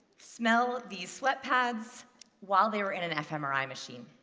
smell these sweat pads while they were in an fmri machine.